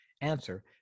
answer